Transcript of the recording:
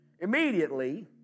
Immediately